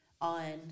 on